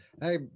Hey